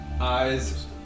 Eyes